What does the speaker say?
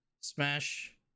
Smash